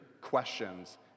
questions